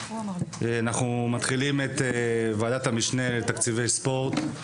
אנחנו פותחים את ישיבת ועדת המשנה לתקציבי הספורט.